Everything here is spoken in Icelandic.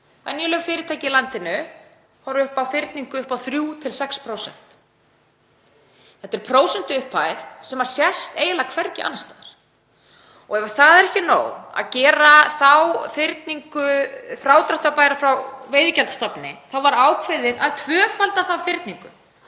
venjuleg fyrirtæki í landinu horfa upp á fyrningu upp á 3–6%. Þetta er prósentuupphæð sem sést eiginlega hvergi annars staðar. Það var ekki nóg að gera þá fyrningu frádráttarbæra frá veiðigjaldsstofni heldur var ákveðið að tvöfalda þá fyrningu